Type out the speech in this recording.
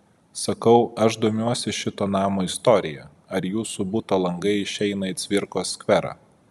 sakau aš domiuosi šito namo istorija ar jūsų buto langai išeina į cvirkos skverą